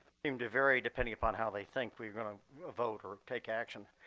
seem to vary depending upon how they think we are going to vote or take action.